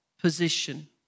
position